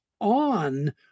on